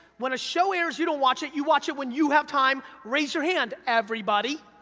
when a show airs, you don't watch it, you watch it when you have time. raise your hand, everybody.